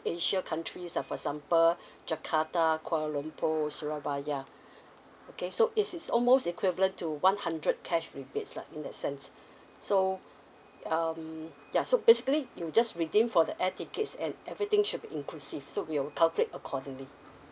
asia countries uh for example jakarta kuala lumpur surabaya okay so it is almost equivalent to one hundred cash rebates lah in that sense so um ya so basically you just redeem for the air tickets and everything should be inclusive so we'll calculate accordingly